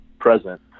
present